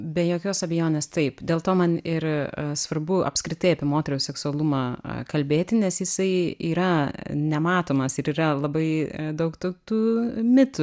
be jokios abejonės taip dėl to man ir svarbu apskritai apie moterų seksualumą kalbėti nes jisai yra nematomas ir yra labai daug tų tų mitų